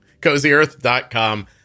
CozyEarth.com